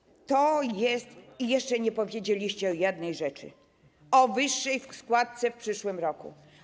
I jeszcze nie powiedzieliście o jednej rzeczy, o wyższej składce w przyszłym roku.